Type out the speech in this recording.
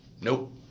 Nope